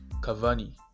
Cavani